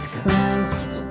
Christ